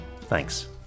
Thanks